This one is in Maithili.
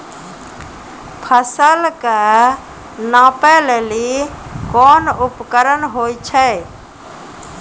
फसल कऽ नापै लेली कोन उपकरण होय छै?